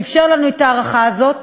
שאפשר לנו את ההארכה הזאת,